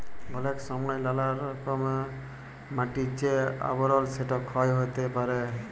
অলেক সময় লালা কারলে মাটির যে আবরল সেটা ক্ষয় হ্যয়ে যায়